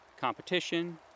competition